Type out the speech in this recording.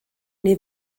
neu